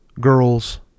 girls